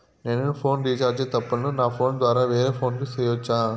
నేను phone recharge తప్పులను నా ఫోను ద్వారా వేరే ఫోను కు సేయొచ్చా?